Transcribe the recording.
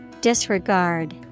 Disregard